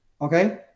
Okay